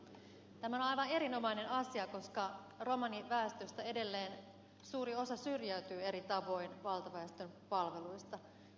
tämä on aivan erinomainen asia koska romaniväestöstä edelleen suuri osa syrjäytyy eri tavoin valtaväestön palveluista